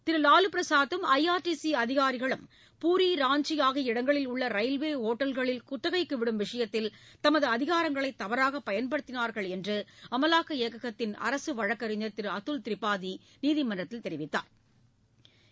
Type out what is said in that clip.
திரு வாலு பிரசாதும் I R P C அதிகாரிகளும் பூரி ராஞ்சி ஆகிய இடங்களில் உள்ள ரயில்வே ஒட்டல்களில் குத்தகைக்கு விடும் விஷயத்தில் தமது அதிகாரங்களை தவறாக பயன்படுத்தினாா்கள் என்று அமலாக்க இயக்ககத்தின் அரசு வழக்கறிஞர் திரு அதுல் திரிபாதி நீதிமன்றத்தில் தெரிவித்தாா்